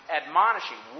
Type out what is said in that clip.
admonishing